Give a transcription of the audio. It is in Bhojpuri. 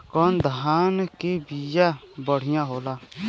कौन धान के बिया बढ़ियां होला?